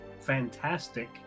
fantastic